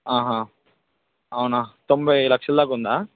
ఆహా అవునా తొంభై లక్షల దాకా ఉందా